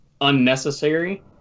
unnecessary